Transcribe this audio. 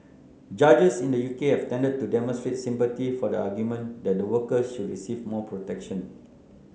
judges in the U K have tended to demonstrate sympathy for the argument that the worker should receive more protection